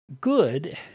good